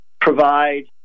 provide